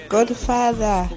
Godfather